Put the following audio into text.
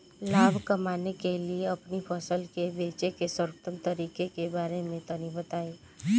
लाभ कमाने के लिए अपनी फसल के बेचे के सर्वोत्तम तरीके के बारे में तनी बताई?